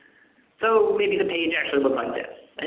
so maybe the page actually looks like this,